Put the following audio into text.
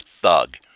thug